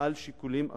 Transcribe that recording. על שיקולים אחרים.